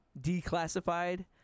declassified